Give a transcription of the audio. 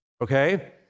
Okay